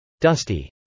Dusty